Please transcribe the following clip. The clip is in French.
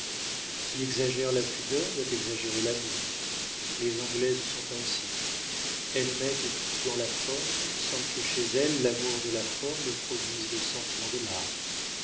qui exagère la pudeur doit exagérer l'amour les anglaises sont ainsi elles mènent tout dans la forme sans que chez elles l'amour de la forme produise le sentiment de l'art